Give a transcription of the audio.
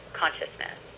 consciousness